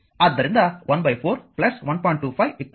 ಆದ್ದರಿಂದ 14 1